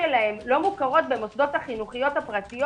שלהן לא מוכרות במוסדות החינוכיים הפרטיים